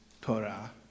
Torah